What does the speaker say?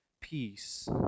peace